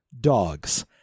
dogs